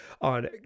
on